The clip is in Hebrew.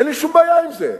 אין לי שום בעיה עם זה.